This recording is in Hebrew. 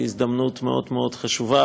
היא הזדמנות מאוד מאוד חשובה,